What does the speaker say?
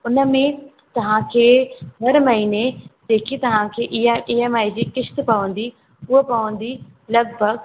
उनमें तव्हांखे हर महीने जेकी तव्हांखे इहा ईएमआई जी किश्त पवंदी उहा पवंदी लॻभॻि